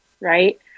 right